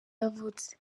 yavutse